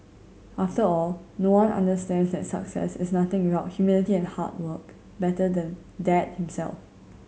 after all no one understands that success is nothing without humility and hard work better than dad himself